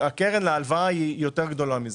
הקרן להלוואה יותר גדולה מזה.